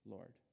Lord